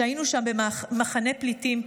שהינו שם במחנה פליטים.